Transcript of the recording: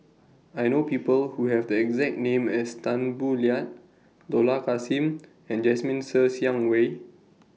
I know People Who Have The exact name as Tan Boo Liat Dollah Kassim and Jasmine Ser Xiang Wei